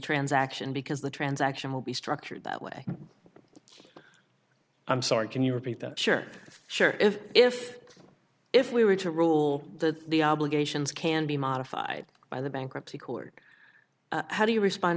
transaction because the transaction will be structured that way i'm sorry can you repeat that sure sure if if if we were to rule that the obligations can be modified by the bankruptcy court how do you respond